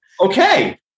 Okay